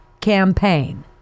campaign